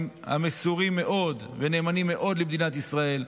המסורים מאוד ונאמנים מאוד למדינת ישראל.